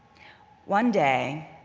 one day,